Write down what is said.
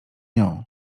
nią